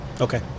Okay